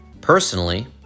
Personally